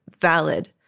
valid